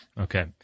Okay